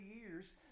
years